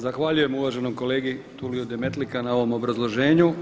Zahvaljujem uvaženom kolegi Tuliju Demetliki na ovom obrazloženju.